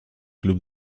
club